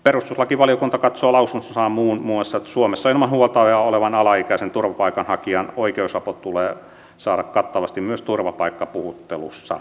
perustuslakivaliokunta katsoo lausunnossaan muun muassa että suomessa ilman huoltajaa olevan alaikäisen turvapaikan hakijan oikeusapu tulee saada kattavasti myös turvapaikkapuhuttelussa